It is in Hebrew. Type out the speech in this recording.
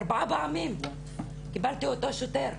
ארבע פעמים קיבלתי אותו שוטר,